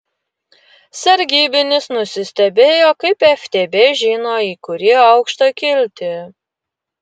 sargybinis nusistebėjo kaip ftb žino į kurį aukštą kilti